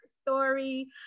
story